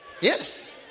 Yes